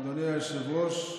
אדוני היושב-ראש,